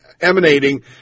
emanating